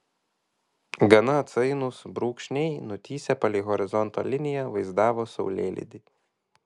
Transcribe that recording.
gana atsainūs brūkšniai nutįsę palei horizonto liniją vaizdavo saulėlydį